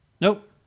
Nope